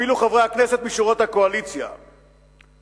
אפילו חברי הכנסת משורות הקואליציה מתחילים